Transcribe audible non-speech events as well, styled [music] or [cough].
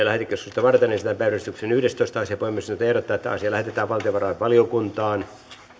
[unintelligible] lähetekeskustelua varten esitellään päiväjärjestyksen yhdestoista asia puhemiesneuvosto ehdottaa että asia lähetetään valtiovarainvaliokuntaan